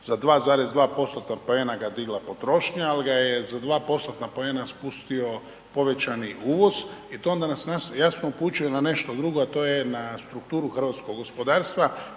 za 2,2 postotna poena ga digla potrošnja, ali ga je za 2 postotna poena spustio povećani uvoz i to onda nas jasno upućuje na nešto drugo, a to je na strukturu hrvatskog gospodarstva